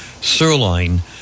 sirloin